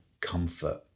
comfort